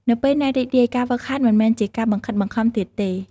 នៅពេលអ្នករីករាយ ការហ្វឹកហាត់មិនមែនជាការបង្ខិតបង្ខំទៀតទេ។